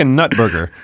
nut-burger